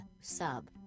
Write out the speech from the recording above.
sub